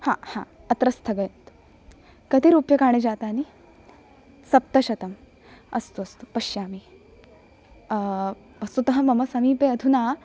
हा हा अत्र स्थगयन्तु कति रूप्यकाणि जातानि सप्तशतम् अस्तु अस्तु पश्यामि वस्तुतः मम समीपे अधुना